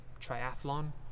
triathlon